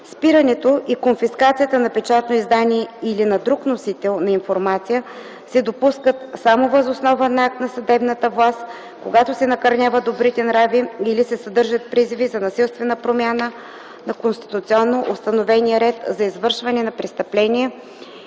спирането и конфискацията на печатно издание или на друг носител на информация се допускат само въз основа на акт на съдебната власт, когато се накърняват добрите нрави или се съдържат призиви за насилствена промяна на конституционно установения ред, за извършване на престъпление